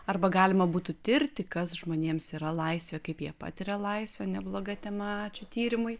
arba galima būtų tirti kas žmonėms yra laisvė kaip jie patiria laisvę nebloga tema ačiū tyrimui